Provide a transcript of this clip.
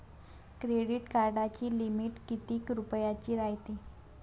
Credit कार्डाची limit कितीक रुपयाची रायते?